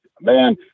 man